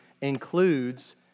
Includes